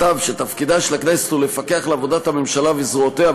בדברי ההסבר נכתב: תפקידה של הכנסת הוא לפקח על עבודת הממשלה וזרועותיה,